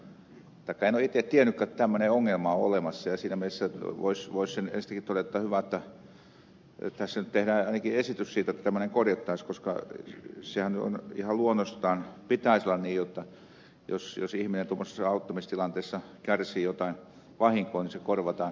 en ole itse tiennytkään että tämmöinen ongelma on olemassa ja siinä mielessä voisi ensiksikin todeta että hyvä että tässä nyt tehdään ainakin esitys siitä jotta tämmöinen korjattaisiin koska senhän ihan luonnostaan pitäisi olla niin jotta jos ihminen tuommoisessa auttamistilanteessa kärsii jotain vahinkoa niin se korvataan